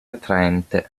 attraente